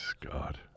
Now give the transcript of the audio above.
God